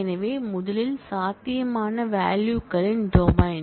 எனவே முதலில் சாத்தியமான வால்யூகளின் டொமைன்